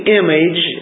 image